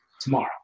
tomorrow